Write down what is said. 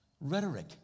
rhetoric